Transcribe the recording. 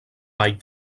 vall